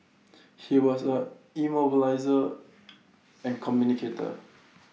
he was A immobiliser and communicator